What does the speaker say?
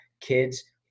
kids